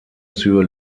sur